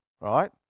Right